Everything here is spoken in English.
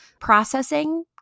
processing